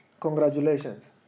Congratulations